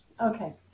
Okay